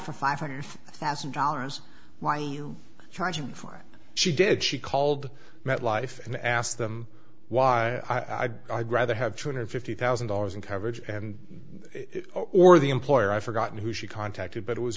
for five hundred thousand dollars why you charging for she did she called met life and asked them why i'd rather have two hundred fifty thousand dollars in coverage and or the employer i've forgotten who she contacted but it was